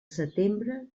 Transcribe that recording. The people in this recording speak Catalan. setembre